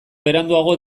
beranduago